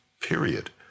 period